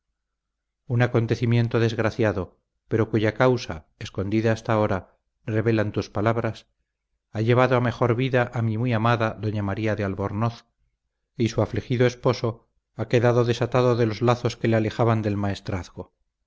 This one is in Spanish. un acontecimiento desgraciado pero cuya causa escondida hasta ahora revelan tus palabras ha llevado a mejor vida a mi muy amada doña maría de albornoz y su afligido esposo ha quedado desatado de los lazos que le alejaban del maestrazgo